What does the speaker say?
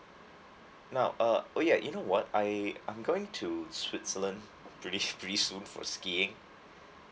now uh oh ya you know what I I'm going to switzerland pretty pretty soon for skiing